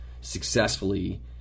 successfully